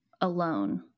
alone